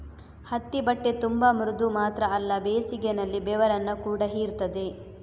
ಹತ್ತಿ ಬಟ್ಟೆ ತುಂಬಾ ಮೃದು ಮಾತ್ರ ಅಲ್ಲ ಬೇಸಿಗೆನಲ್ಲಿ ಬೆವರನ್ನ ಕೂಡಾ ಹೀರ್ತದೆ